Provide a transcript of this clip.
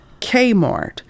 Kmart